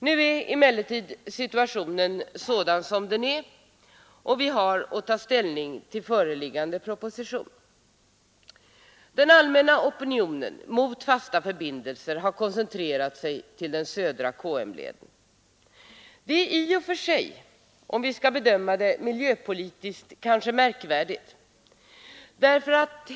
Nu är emellertid situationen sådan som den är, och vi har att ta ställning till föreliggande proposition. Den allmänna opinionen mot fasta förbindelser har koncentrerats till den södra KM-leden. Det är i och för sig, om vi skall bedöma det miljöpolitiskt, kanske märkvärdigt.